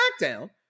SmackDown